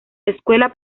escuela